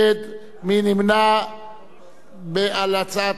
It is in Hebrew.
על הצעת חוק המאבק בתוכנית הגרעין של אירן.